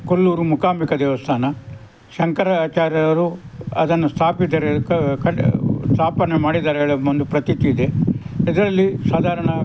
ಕೊಲ್ಲೂರು ಮೂಕಾಂಬಿಕಾ ದೇವಸ್ಥಾನ ಶಂಕರಾಚಾರ್ಯರು ಅದನ್ನು ಸ್ಥಾಪಿದರೆ ಸ್ಥಾಪನೆ ಮಾಡಿದ್ದಾರೆ ಹೇಳೋದು ಒಂದು ಪ್ರತೀತಿ ಇದೆ ಇದರಲ್ಲಿ ಸಾಧಾರಣ